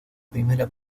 primera